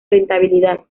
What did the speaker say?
rentabilidad